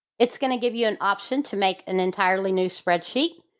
it's going to give you an option to make an entirely new spreadsheet.